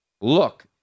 Look